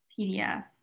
PDF